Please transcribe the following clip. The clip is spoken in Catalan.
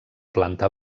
planta